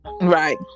Right